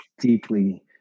deeply